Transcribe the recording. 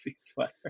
sweater